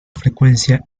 frecuencia